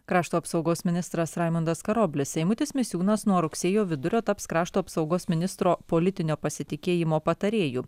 krašto apsaugos ministras raimundas karoblis eimutis misiūnas nuo rugsėjo vidurio taps krašto apsaugos ministro politinio pasitikėjimo patarėju